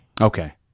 Okay